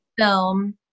film